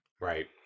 Right